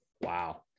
Wow